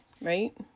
right